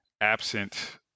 absent